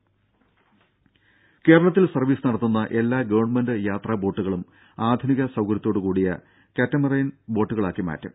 രുര കേരളത്തിൽ സർവ്വീസ് നടത്തുന്ന എല്ലാ ഗവൺമെന്റ് യാത്രാ ബോട്ടുകളും ആധുനിക സൌകര്യത്തോട് കൂടിയ കാറ്റ മറൈൻ ബോട്ടുകളാക്കി മാറ്റും